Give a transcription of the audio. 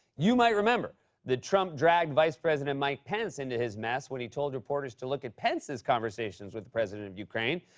you might remember that trump dragged vice president mike pence into his mess when he told reporters to look at pence's conversations with the president of ukraine.